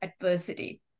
adversity